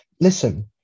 listen